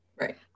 Right